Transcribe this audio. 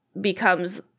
becomes